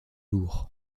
lourds